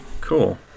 cool